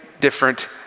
different